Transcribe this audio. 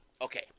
Okay